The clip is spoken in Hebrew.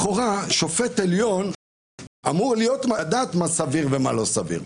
לכאורה שופט עליון אמור לדעת מה סביר ומה לא סביר.